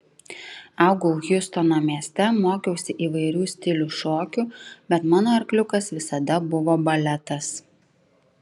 augau hjustono mieste mokiausi įvairių stilių šokių bet mano arkliukas visada buvo baletas